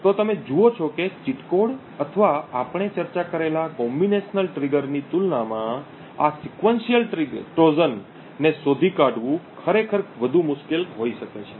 તો તમે જુઓ છો કે ચીટ કોડ અથવા આપણે ચર્ચા કરેલા સંયુક્ત ટ્રિગરની તુલનામાં આ અનુક્રમિક ટ્રોજનને શોધી શોધી કાઢવું ખરેખર વધુ મુશ્કેલ હોઈ શકે છે